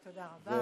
תודה רבה.